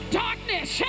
darkness